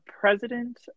president